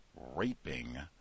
raping